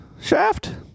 shaft